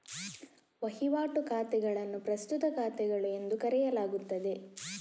ವಹಿವಾಟು ಖಾತೆಗಳನ್ನು ಪ್ರಸ್ತುತ ಖಾತೆಗಳು ಎಂದು ಕರೆಯಲಾಗುತ್ತದೆ